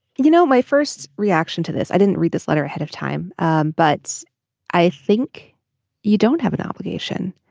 you know my first reaction to this. i didn't read this letter ahead of time and but i think you don't have an obligation.